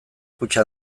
kutxa